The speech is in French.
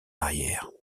arrière